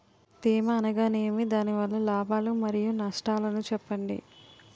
తేమ అనగానేమి? దాని వల్ల లాభాలు మరియు నష్టాలను చెప్పండి?